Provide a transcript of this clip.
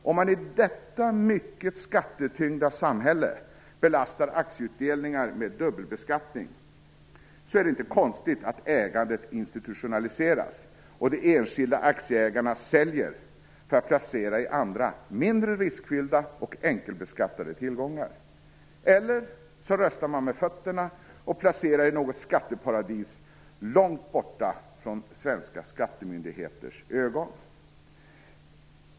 Om man i detta mycket skattetyngda samhälle belastar aktieutdelningar med dubbelbeskattning, så är det inte konstigt att ägandet institutionaliseras och de enskilda aktieägarna säljer för att placera i andra mindre riskfyllda och enkelbeskattade tillgångar. Eller så röstar man med fötterna och placerar pengarna i något skatteparadis långt borta från svenska skattemyndigheters ögon.